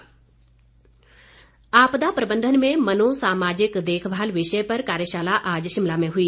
कार्यशाला आपदा प्रबंधन में मनोसामाजिक देखभाल विषय पर कार्यशाला आज शिमला में हुई